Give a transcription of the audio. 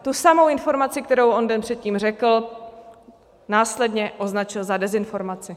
Tu samou informaci, kterou on den předtím řekl, následně označil za dezinformaci.